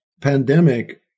pandemic